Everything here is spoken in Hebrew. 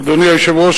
אדוני היושב-ראש,